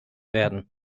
werden